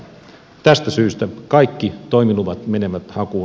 tästä syystä kaikki toimiluvat menevät hakuun